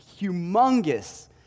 humongous